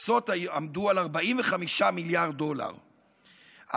עמדו על 45 מיליארד דולר,